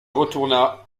retourna